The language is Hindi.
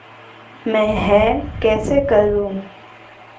मैं यह कैसे करूँ